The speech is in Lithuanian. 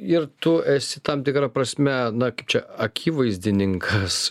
ir tu esi tam tikra prasme na kaip čia akivaizdininkas